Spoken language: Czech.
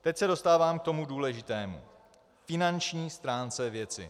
Teď se dostávám k tomu důležitému, finanční stránce věci.